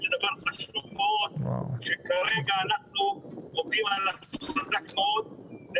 לדבר חשוב מאוד שכרגע אנחנו עובדים עליו חזק מאוד,